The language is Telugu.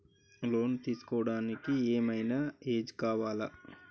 లోన్ తీస్కోవడానికి ఏం ఐనా ఏజ్ కావాలా?